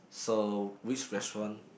so which restaurant